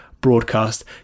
broadcast